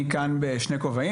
אני כאן בשני כובעים.